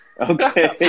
Okay